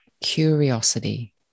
curiosity